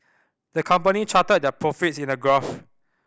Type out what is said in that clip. the company charted their profits in a graph